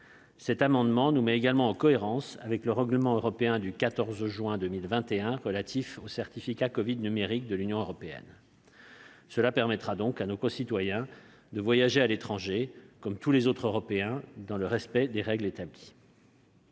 également à nous mettre en cohérence avec le règlement européen du 14 juin 2021 relatif au certificat covid numérique de l'Union européenne. Ces dispositions permettront à nos concitoyens de voyager à l'étranger, comme tous les autres Européens, dans le respect des règles établies.